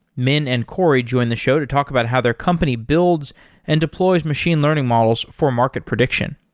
minh and corey join the show to talk about how their company builds and deploys machine learning models for market prediction.